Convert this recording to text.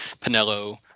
Pinello